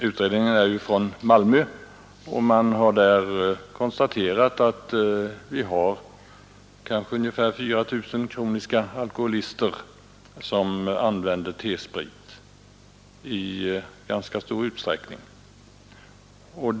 Utredningen har gjorts i Malmö, och man har där konstaterat att vi har kanske ungefär 4 000 kroniska alkoholister som använder T-sprit som berusningsmedel i ganska stor utsträckning.